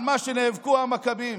על מה שנאבקו המכבים,